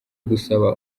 gusaba